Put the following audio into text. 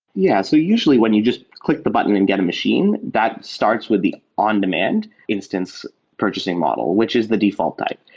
yeah. so usually, when you just click the button and get a machine, that starts with the on-demand instance purchasing model, which is the default type.